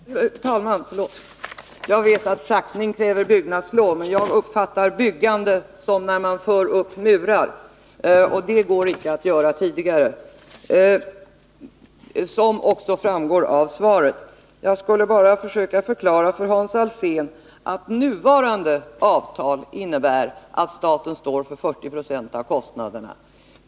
Herr talman! Jag vet att schaktning kräver byggnadslov, men jag uppfattar byggande som uppförande av murar, och det går inte att göra tidigare, såsom också framgår av svaret. Jag skulle bara försöka förklara för Hans Alsén att nuvarande avtal innebär att staten står för 40 20 av kostnaderna.